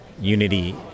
Unity